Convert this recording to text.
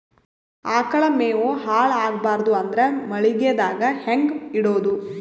ಆಕಳ ಮೆವೊ ಹಾಳ ಆಗಬಾರದು ಅಂದ್ರ ಮಳಿಗೆದಾಗ ಹೆಂಗ ಇಡೊದೊ?